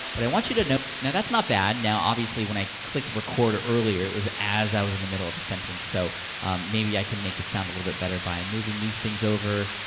but i want you to note. now, that's not bad. now, obviously, when i clicked record earlier, it was as i was in the middle of a sentence, so maybe i can make this sound a little bit better by moving these things over,